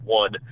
one